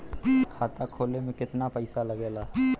खाता खोले में कितना पैसा लगेला?